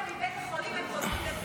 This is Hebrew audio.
הם חוזרים הביתה מבית החולים,